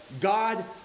God